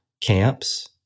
camps